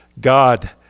God